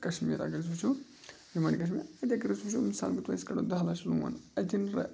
کَشمیٖر اگر أسۍ وٕچھو یِم جمو اینٛڈ کشمیٖر اَتہِ اگر أسۍ وٕچھو مِثال کے طور پرأسۍ کَڑو دَہ لَچھ لون اَتٮ۪ن